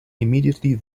immediately